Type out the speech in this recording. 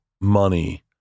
money